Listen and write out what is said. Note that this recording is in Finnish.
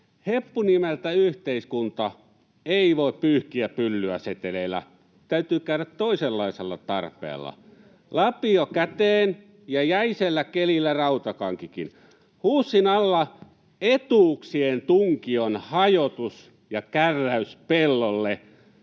Heppu nimeltä yhteiskunta ei voi pyyhkiä pyllyä seteleillä, täytyy käydä toisenlaisella tarpeella. Lapio käteen ja jäisellä kelillä rautakankikin. Huussin alla etuuksien tunkion hajotus ja kärräys pellolle